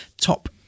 top